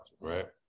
right